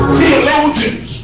theologians